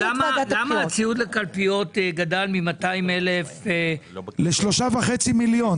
למה הציוד לקלפיות גדל מ-200,000 ל-3.5 מיליון?